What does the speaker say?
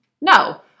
No